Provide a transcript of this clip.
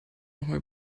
nochmal